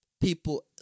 people